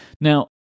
Now